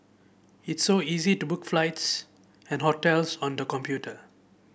it's so easy to book flights and hotels on the computer